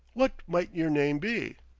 what might your name be?